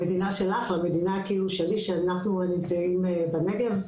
המדינה שלך, המדינה כאילו שלי שאנחנו נמצאים בנגב,